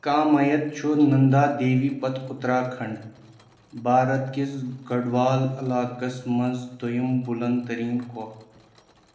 کامیت چھُ ننٛدا دیوی پتہٕ اُتراکھنڈ بھارت کِس گڑھوال علاقس منٛز دوٚیم بُلنٛد تٔریٖن كوٚہ